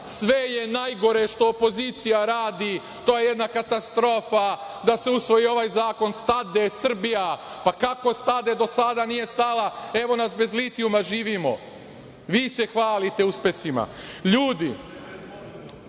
Sve je najgore što opozicija radi, to je jedna katastrofa, da se usvoji ovaj zakon, stade Srbija. Pa, kako stade, a do sada nije stala? Evo nas bez litijuma živimo. Vi se hvalite uspesima. Ljudi,